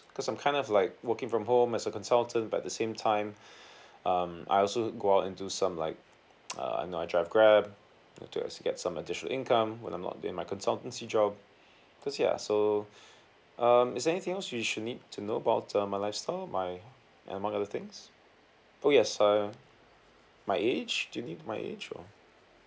cause I'm kind of like working from home as a consultant but at the same time um I also go out and do some like err you know I drive grab uh to as get some additional income when I'm doing my consultancy job cause ya so um is there anything else you should need to know about uh my lifestyle my among things oh yes uh my age do you need my age or